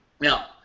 Now